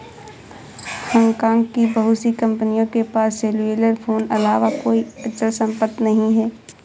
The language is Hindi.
हांगकांग की बहुत सी कंपनियों के पास सेल्युलर फोन अलावा कोई अचल संपत्ति नहीं है